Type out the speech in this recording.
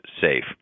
safe